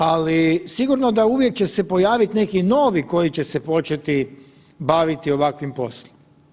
Ali sigurno da uvijek će se pojaviti neki novi koji će se početi baviti ovakvim poslom.